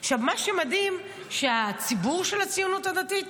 עכשיו, מה שמדהים הוא שהציבור של הציונות הדתית